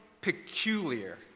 peculiar